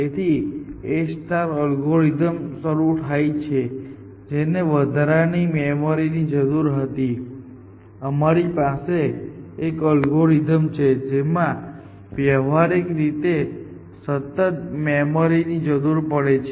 તેથી A એલ્ગોરિધમથી શરૂ થાય છે જેને વધારે મેમરી ની જરૂર હતી અમારી પાસે એક અલ્ગોરિધમ છે જેમાં વ્યવહારિક રીતે સતત મેમરીની જરૂર પડે છે